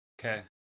Okay